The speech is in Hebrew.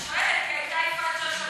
אני שואלת, הייתה פה מירב,